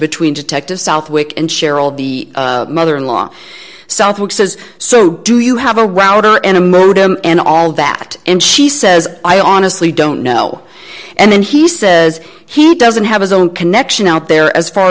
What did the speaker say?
between detective southwick and cheryl the mother in law southwick says so do you have a router and a modem and all that and she says i honestly don't know and then he says he doesn't have his own connection out there as far